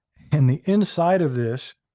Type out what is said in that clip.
and the inside of this